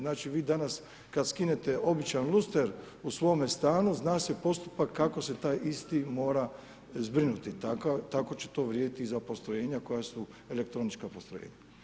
Znači vi danas kada skinete običan luster u svome stanju, zna se postupak kako se ti isti mora zbrinuti, tako će to vrijediti i za postrojenja koja su elektronička postrojenja.